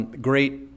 great